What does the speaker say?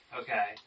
Okay